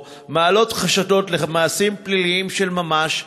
מעלים חשדות למעשים פליליים של ממש,